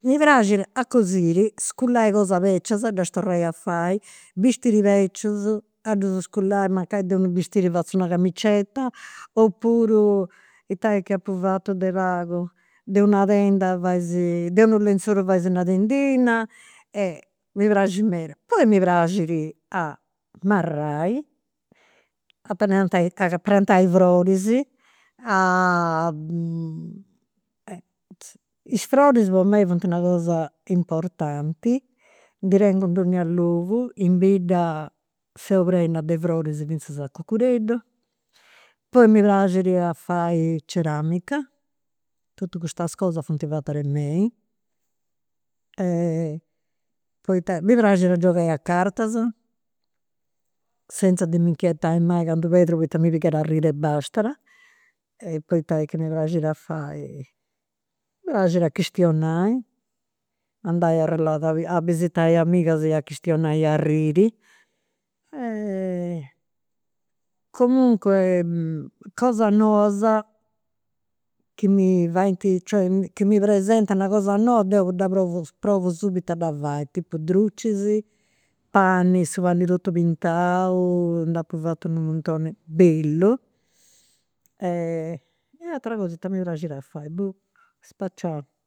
Mi praxit a cosiri, a scullai cosas beccias, ddas torrai a fai, bistiris becius a ddus scullai, mancai de unu bistiri fatzu una camicetta. Oppuru, ita est chi apu fatu de pagu, de una tenda fais, de unu lenzolu fais una tendina. Mi praxit meda. Poi mi praxit a marrai, a a prantai a prantai froris. Is froris po mei funt una cosa importanti, ndi tengu in donnia logu. In bidda seu prenas de froris finzas a cucureddu. Poi mi praxit a fai ceramica, totus custas cosas funt fatas de mei, poita, e mi praxit a giogai a cartas, senza de m'inchietai mai candu perdu poita mi pigat a arriri e bastat. Poi ita est chi mi praxit a fai, mi praxit a chistionai, andai a arrallai, a visitai amigas e a chistionai arriri. Comunque cosa annosa, cioè chi mi faint cioè chi mi presentant una cosanoba deu provu subitu a dda fai. Tipu drucis, pani, su pani totu pintaund'apu fatu u' muntoni, bellu. E ateras cosas ita mi praxit a fai, boh, spaciau